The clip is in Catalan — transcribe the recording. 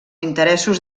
interessos